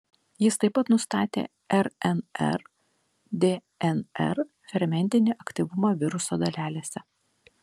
jis taip pat nustatė rnr dnr fermentinį aktyvumą viruso dalelėse